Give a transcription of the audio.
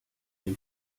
dem